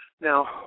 Now